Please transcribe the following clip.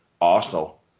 Arsenal